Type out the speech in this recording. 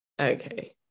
okay